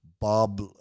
Bob